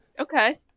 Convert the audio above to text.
Okay